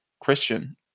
Christian